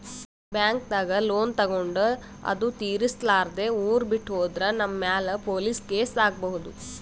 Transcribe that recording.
ಬ್ಯಾಂಕ್ದಾಗ್ ಲೋನ್ ತಗೊಂಡ್ ಅದು ತಿರ್ಸಲಾರ್ದೆ ಊರ್ ಬಿಟ್ಟ್ ಹೋದ್ರ ನಮ್ ಮ್ಯಾಲ್ ಪೊಲೀಸ್ ಕೇಸ್ ಆಗ್ಬಹುದ್